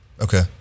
Okay